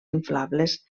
inflables